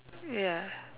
ya